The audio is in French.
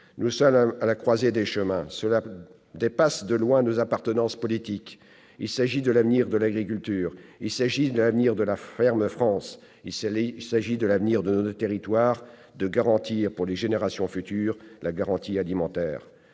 nous sommes à la croisée des chemins. Cela dépasse de loin nos appartenances politiques. Il s'agit de l'avenir de l'agriculture. Il s'agit de l'avenir de la ferme France. Il s'agit de l'avenir de nos territoires. Il s'agit d'assurer aux générations futures la garantie alimentaire.